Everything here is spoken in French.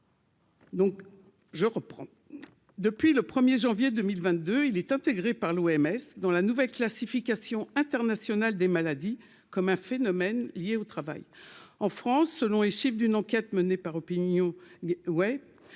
Donc, je reprends depuis le 1er janvier 2022 il est intégré par l'OMS dans la nouvelle classification internationale des maladies comme un phénomène lié au travail en France selon les chiffres d'une enquête menée par opinion Way